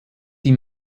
die